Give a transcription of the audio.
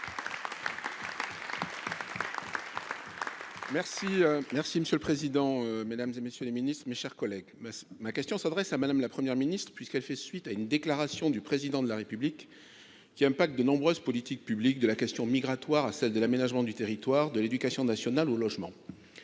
merci, monsieur le président, Mesdames et messieurs les ministres, mes chers collègues, ma question s'adresse à Madame la première ministre puisqu'elle fait suite à une déclaration du président de la République qui a un pacte de nombreuses politiques publiques de la question migratoire à celle de l'aménagement du territoire, de l'éducation nationale, au logement,